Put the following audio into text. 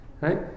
right